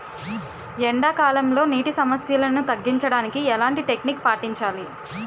ఎండా కాలంలో, నీటి సమస్యలను తగ్గించడానికి ఎలాంటి టెక్నిక్ పాటించాలి?